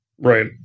Right